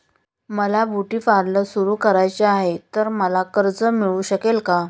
मला beauty parlour सुरू करायचे आहे तर मला कर्ज मिळू शकेल का?